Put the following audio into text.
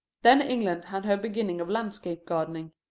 then england had her beginning of landscape gardening.